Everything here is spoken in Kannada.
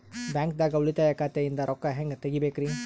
ಬ್ಯಾಂಕ್ದಾಗ ಉಳಿತಾಯ ಖಾತೆ ಇಂದ್ ರೊಕ್ಕ ಹೆಂಗ್ ತಗಿಬೇಕ್ರಿ?